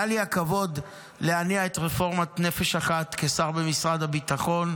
היה לי הכבוד להניע את רפורמת נפש אחת כשר במשרד הביטחון,